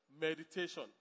Meditation